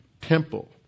temple